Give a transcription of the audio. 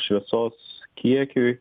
šviesos kiekiui